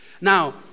Now